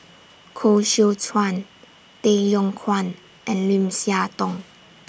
Koh Seow Chuan Tay Yong Kwang and Lim Siah Tong